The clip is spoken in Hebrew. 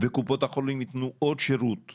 וקופות החולים יתנו עוד שירות,